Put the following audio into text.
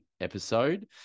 episode